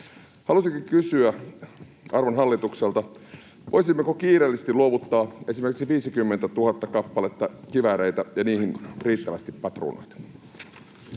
Haluaisinkin kysyä arvon hallitukselta: voisimmeko kiireellisesti luovuttaa esimerkiksi 50 000 kappaletta kivääreitä ja niihin riittävästi patruunoita?